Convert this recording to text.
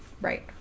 right